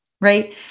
right